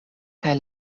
kaj